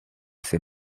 ses